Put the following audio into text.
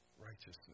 righteousness